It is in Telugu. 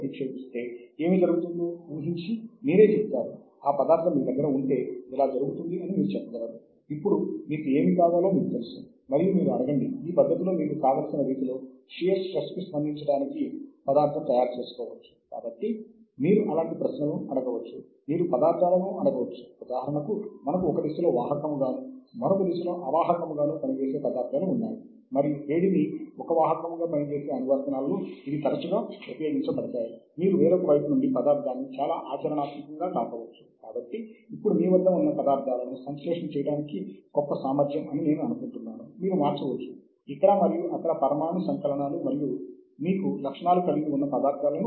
కాబట్టి కొన్ని సంస్థలు తమ వనరులను నిర్వహించు కొనుటకు కొంత అదనపు డబ్బును ఖర్చు చేస్తాయి ఆ మొత్తాన్ని గ్రంథాలయాల నుండి చందాల రూపములో వసూలు చేస్తాయి అవి మీ గ్రంథాలయము నందు అందుబాటులో ఉంటాయి